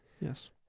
yes